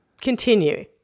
continue